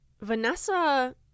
Vanessa